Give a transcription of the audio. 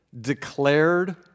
Declared